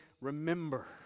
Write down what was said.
remember